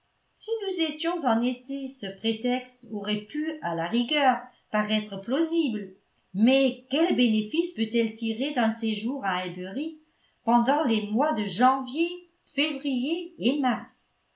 si nous étions en été ce prétexte aurait pu a la rigueur paraître plausible mais quel bénéfice peut-elle tirer d'un séjour à highbury pendant les mois de janvier février et mars